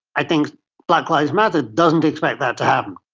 i think black lives matter doesn't expect that to happen.